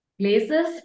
places